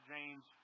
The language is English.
James